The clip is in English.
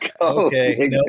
Okay